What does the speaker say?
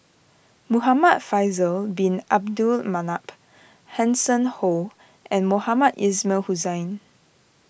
Muhamad Faisal Bin Abdul Manap Hanson Ho and Mohamed Ismail Hussain